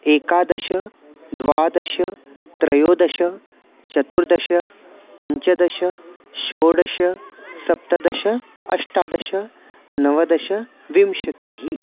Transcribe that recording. एकादश द्वादश त्रयोदश चतुर्दश पञ्चदश षोडश सप्तदश अष्टादश नवदश विंशतिः